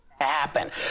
happen